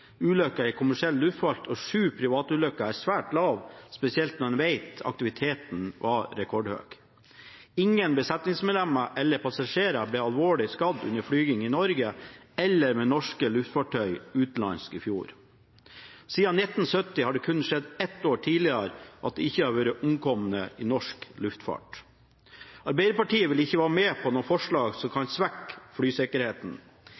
ulykke i kommersiell luftfart og sju privatulykker er et svært lavt antall, spesielt når en vet at aktiviteten var rekordhøy. Ingen besetningsmedlemmer eller passasjerer ble alvorlig skadd under flyging i Norge eller med norske luftfartøy utenlands i fjor. Siden 1970 har det kun skjedd ett år tidligere at det ikke har vært omkomne i norsk luftfart. Arbeiderpartiet vil ikke være med på noe forslag som